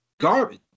garbage